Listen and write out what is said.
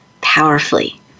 powerfully